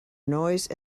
noise